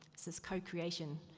this is co-creation,